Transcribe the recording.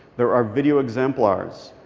there are video exemplars.